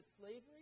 slavery